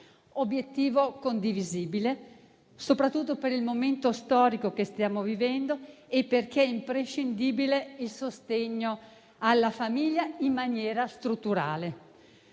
obiettivo condivisibile, soprattutto per il momento storico che stiamo vivendo e perché è imprescindibile il sostegno alla famiglia in maniera strutturale.